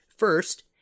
First